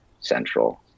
central